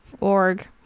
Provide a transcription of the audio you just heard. org